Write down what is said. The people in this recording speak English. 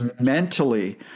mentally